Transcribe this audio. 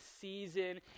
season